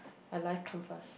my life come first